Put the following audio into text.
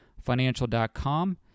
financial.com